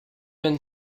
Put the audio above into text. been